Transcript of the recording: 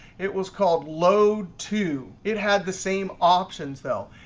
it was called load two. it had the same options though.